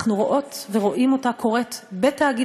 אנחנו רואות ורואים אותה קורית בתאגיד